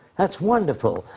that's wonderful.